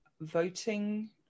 voting